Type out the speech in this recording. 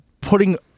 putting